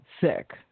sick